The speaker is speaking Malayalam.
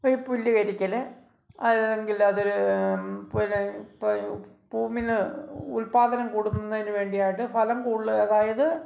ഒരു പുല്ല് കരിക്കൽ അല്ലെങ്കിൽ അതൊരു പിന്നെ ഇപ്പം ഭൂമിയിൽ ഉല്പാദനം കൂടുന്നെന് വേണ്ടിയാണ് ഫലം കൂടുതൽ അതായത്